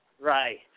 Right